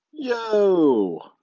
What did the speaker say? Yo